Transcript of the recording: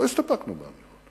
לא הסתפקנו באמירות.